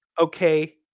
Okay